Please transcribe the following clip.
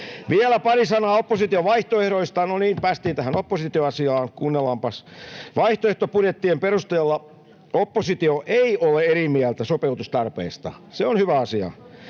Vielä pari sanaa opposition vaihtoehdoista. — No niin, päästiin tähän oppositioasiaan. Kuunnellaanpas! — Vaihtoehtobudjettien perusteella oppositio ei ole eri mieltä sopeutustarpeista. Se on hyvä asia.